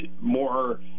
more